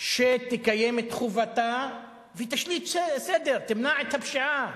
שתקיים את חובתה ותשליט סדר, תמנע את הפשיעה,